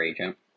agent